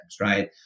right